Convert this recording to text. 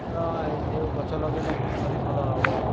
ତ ଏଇ ଯେଉଁ ଗଛ ଲଗେଇଲେ ବର୍ଷା ବି ଭଲ ହବ